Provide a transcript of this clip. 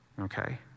okay